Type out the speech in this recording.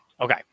okay